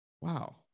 wow